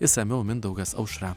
išsamiau mindaugas aušra